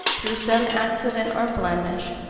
through some accident or blemish,